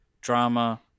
drama